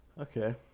okay